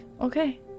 okay